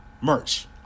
Merch